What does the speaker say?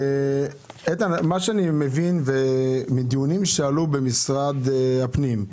איתן, אני מבין מדיונים שעלו במשרד הפנים,